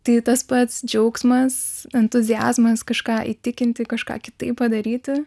tai tas pats džiaugsmas entuziazmas kažką įtikinti kažką kitaip padaryti